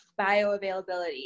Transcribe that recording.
bioavailability